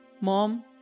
Mom